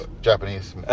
Japanese